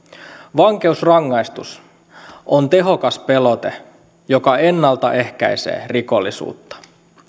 vankeusrangaistus on tehokas pelote joka ennaltaehkäisee rikollisuutta